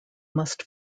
must